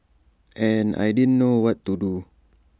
and I didn't know what to do